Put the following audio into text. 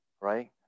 right